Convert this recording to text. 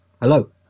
Hello